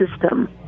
system